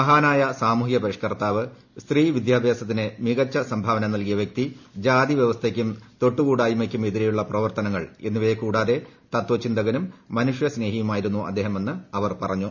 മഹാനായ സാമൂഹൃദ്യൂർപ്പതിഷ്ക്കർത്താവ് സ്ത്രീ വിദ്യാഭ്യാസത്തിന് മികച്ച സംഭൂവീൻ നൽകിയ വൃക്തി ജാതി വ്യവസ്ഥയ്ക്കും തൊട്ടുകൂടായ്മയ്ക്കും എതിരായുള്ള പ്രവർത്തനങ്ങൾ എന്നിവയ്ക്കൂടാതെ തതചിന്തകനും മനുഷ്യ സ്നേഹിയുമായിരുന്നു ആദ്ദേഹമെന്ന് അവർ പറഞ്ഞു